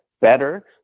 better